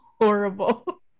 horrible